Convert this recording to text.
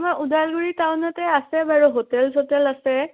ওদালগুৰি টাউনতে আছে বাৰু হোটেল চোটেল আছে